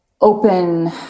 open